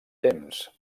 temps